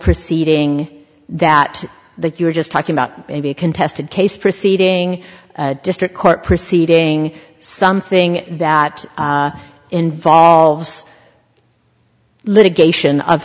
proceeding that that you were just talking about maybe a contested case proceeding district court proceeding something that involves litigation